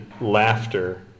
laughter